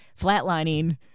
flatlining